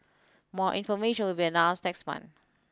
more information will be announced next month